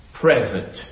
present